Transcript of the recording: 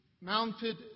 mounted